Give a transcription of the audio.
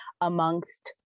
amongst